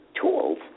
tools